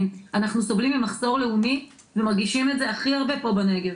אנחנו סובלים ממחסור לאומי ומרגישים את זה הכי הרבה פה בנגב.